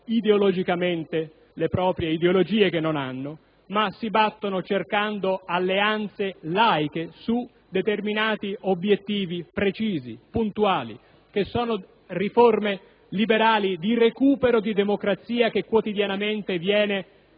oppongono le proprie ideologie (che non hanno), ma si battono cercando alleanze laiche su obiettivi precisi e puntuali, ossia riforme liberali di recupero della democrazia, che quotidianamente viene